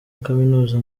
kaminuza